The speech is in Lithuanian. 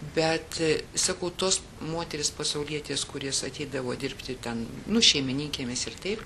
bet sakau tos moterys pasaulietės kurios ateidavo dirbti ten nu šeimininkėmis ir taip